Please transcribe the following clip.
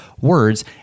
words